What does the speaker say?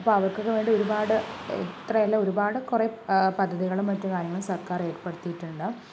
അപ്പം അവർക്കൊക്കെ വേണ്ടി ഒരുപാട് എത്രയല്ല ഒരുപാട് കുറെ പദ്ധതികളും മറ്റുകാര്യങ്ങളും സർക്കാർ ഏർപ്പെടുത്തിയിട്ടുണ്ട്